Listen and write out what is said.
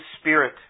spirit